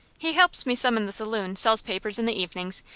he helps me some in the saloon, sells papers in the evenings,